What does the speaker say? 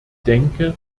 denke